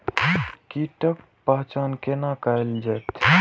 कीटक पहचान कैना कायल जैछ?